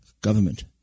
government